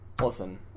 Listen